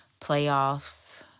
playoffs